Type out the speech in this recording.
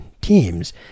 teams